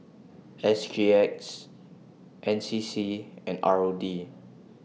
S G X N C C and R O D